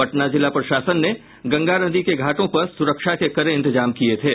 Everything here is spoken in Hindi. पटना जिला प्रशासन ने गंगा नदी के घाटों पर सुरक्षा के कड़े इंतजाम किये थे